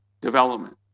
development